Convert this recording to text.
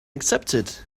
accepted